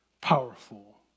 powerful